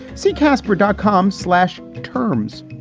see casper dot com slash turmes